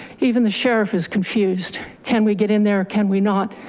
even the sheriff has confused. can we get in there? can we not?